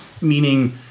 Meaning